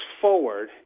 forward